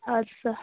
اَدٕ سا